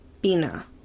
Bina